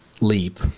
leap